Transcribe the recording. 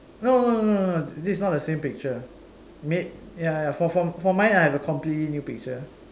no no no no no this is not the same picture ma~ ya ya for for mine I have a completely new picture